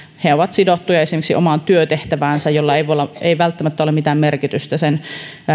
he ovat sidottuja esimerkiksi omaan työtehtäväänsä jolla ei välttämättä ole mitään merkitystä sen